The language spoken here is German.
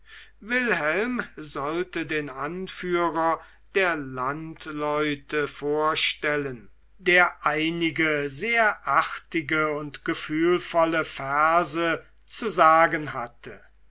wilhelm sollte den anführer der landleute vorstellen der einige sehr artige und gefühlvolle verse zu sagen hatte